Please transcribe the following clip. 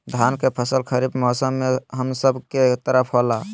धान के फसल खरीफ मौसम में हम सब के तरफ होला